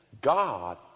God